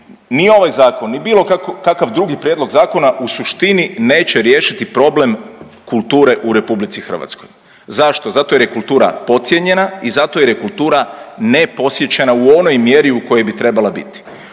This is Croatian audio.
ni ovaj zakon ni bilo kakav drugi prijedlog zakona u suštini neće riješiti problem kulture u RH. Zašto? Zato jer je kultura podcijenjena i zato jer je kultura neposjećena u onoj mjeri u kojoj bi trebala biti,